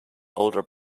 older